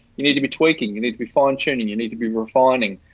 you need to be tweaking. you need to be fine tuning. you need to be refining.